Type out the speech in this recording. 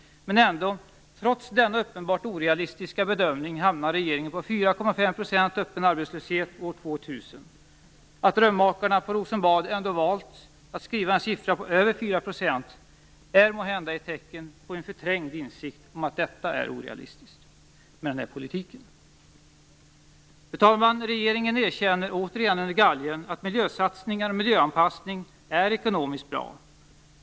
Trots denna uppenbart orealistiska bedömning hamnar regeringen på 4,5 % öppen arbetslöshet år 2000. Att drömmakarna på Rosenbad ändå valt en siffra på över 4 % är måhända ett tecken på en förträngd insikt om att detta är orealistiskt, men det är den politiken. Fru talman! För det andra erkänner regeringen, återigen under galgen, att miljösatsningar och miljöanpassning är ekonomiskt bra.